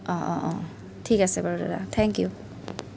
অঁ অঁ অঁ ঠিক আছে বাৰু দাদা থেংক ইউ